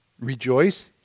Rejoice